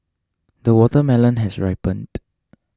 the watermelon has ripened